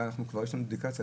יש לנו אינדיקציה,